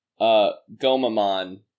Gomamon